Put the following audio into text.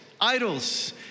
Idols